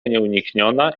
nieunikniona